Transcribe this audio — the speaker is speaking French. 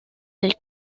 les